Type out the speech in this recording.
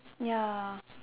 ya